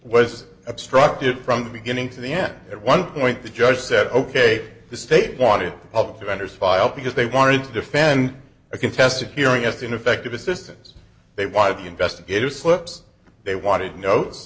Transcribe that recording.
was obstructed from the beginning to the end at one point the judge said ok the state wanted the public defenders filed because they wanted to defend a contested hearing as ineffective assistance they why the investigator slips they wanted no